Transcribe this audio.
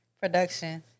production